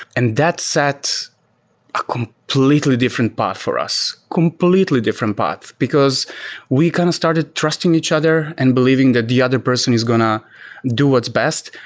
and that set a completely different path for us. completely different path, because we kind of started trusting each other and believing that the other person is going to do what's best.